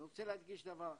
אני רוצה להדגיש דבר אחד.